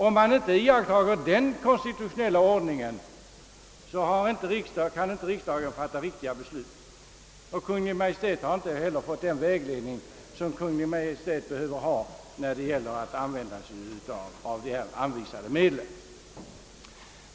Om man inte iakttar den konstitutionella ordningen kan inte riksdagen fatta riktiga beslut, och Kungl. Maj:t får inte heller den vägledning som Kungl. Maj:t behöver ha när det gäller att använda de anvisade medlen.